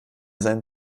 seinen